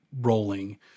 rolling